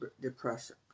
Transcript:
depression